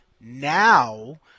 now